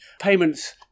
payments